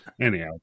Anyhow